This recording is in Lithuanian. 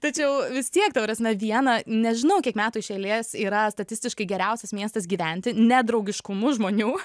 tačiau vis tiek ta prasme viena nežinau kiek metų iš eilės yra statistiškai geriausias miestas gyventi ne draugiškumu žmonių